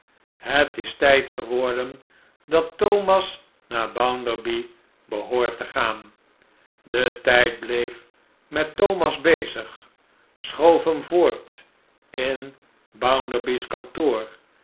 het is tijd geworden dat thomas naar bounderby behoort te gaan de tijd bleef met thomas bezig schoof hem voort in bounderby's kantoor